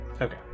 Okay